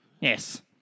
Yes